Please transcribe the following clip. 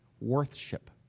worth-ship